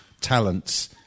talents